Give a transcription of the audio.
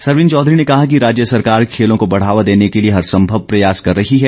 सरवीण चौधरी ने कहा कि राज्य सरकार खेलों को बढ़ावा देने के लिए हर संभव प्रयास कर रही है